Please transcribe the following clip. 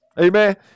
Amen